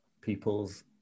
people's